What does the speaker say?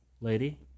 lady